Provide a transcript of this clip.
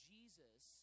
Jesus